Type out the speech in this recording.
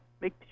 make